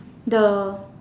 the